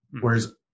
whereas